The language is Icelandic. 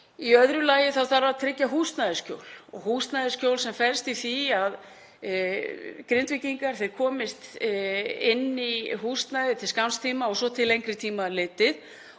Í öðru lagi þarf að tryggja húsnæðisskjól sem felst í því að Grindvíkingar komist inn í húsnæði til skamms tíma og svo til lengri tíma litið